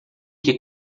que